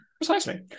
Precisely